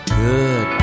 good